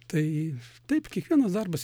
tai taip kiekvienas darbas